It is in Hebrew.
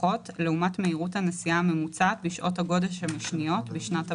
לפחות לעומת מהירות הנסיעה הממוצעת בשעות הגודש המשניות בשנת הבסיס."